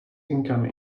income